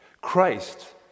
Christ